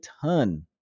ton